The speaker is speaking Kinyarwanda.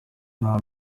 nta